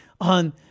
on